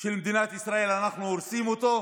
של מדינת ישראל, אנחנו הורסים אותו,